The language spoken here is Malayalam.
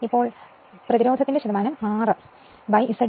ഇപ്പോൾ പ്രതിരോധത്തിന് R Z B